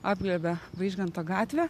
apglėbia vaižganto gatvę